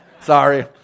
Sorry